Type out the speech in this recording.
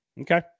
Okay